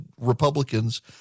Republicans